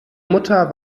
mutter